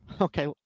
okay